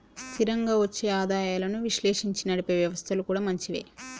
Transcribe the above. స్థిరంగా వచ్చే ఆదాయాలను విశ్లేషించి నడిపే వ్యవస్థలు కూడా మంచివే